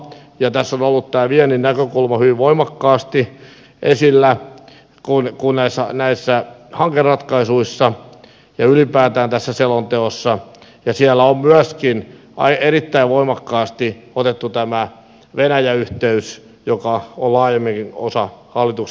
ja tässä on ollut tämä viennin näkökulma hyvin voimakkaasti esillä kun näissä hankeratkaisuissa ja ylipäätään tässä selonteossa on myöskin erittäin voimakkaasti otettu esille tämä venäjä yhteys joka on laajemminkin osa hallituksen strategiaa